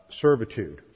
servitude